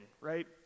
right